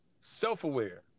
self-aware